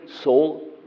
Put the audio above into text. soul